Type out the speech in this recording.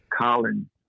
Colin